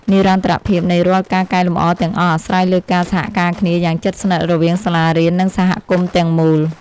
និរន្តរភាពនៃរាល់ការកែលម្អទាំងអស់អាស្រ័យលើការសហការគ្នាយ៉ាងជិតស្និទ្ធរវាងសាលារៀន និងសហគមន៍ទាំងមូល។